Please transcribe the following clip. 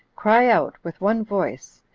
cry out with one voice,